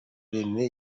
rene